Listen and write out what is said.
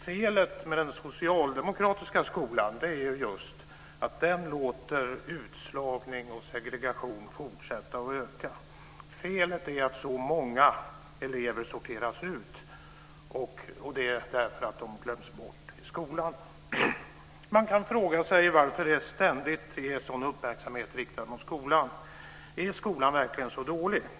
Felet med den socialdemokratiska skolan är just att den låter utslagning och segregation fortsätta och öka. Felet är att så många elever sorteras ut, och det därför att de glöms bort i skolan. Man kan fråga sig varför det ständigt är sådan uppmärksamhet riktad mot skolan. Är skolan verkligen så dålig?